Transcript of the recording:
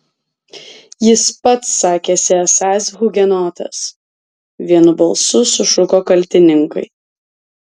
jis pats sakėsi esąs hugenotas vienu balsu sušuko kaltininkai